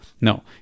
No